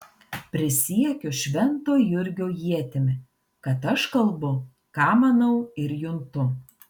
prisiekiu švento jurgio ietimi kad aš kalbu ką manau ir juntu